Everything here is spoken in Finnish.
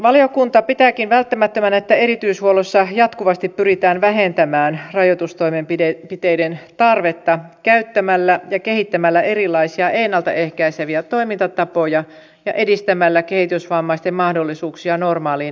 valiokunta pitääkin välttämättömänä että erityishuollossa jatkuvasti pyritään vähentämään rajoitustoimenpiteiden tarvetta käyttämällä ja kehittämällä erilaisia ennaltaehkäiseviä toimintatapoja ja edistämällä kehitysvammaisten mahdollisuuksia normaaliin elämään